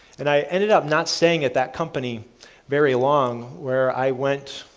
and i ended up not staying at that company very long where i went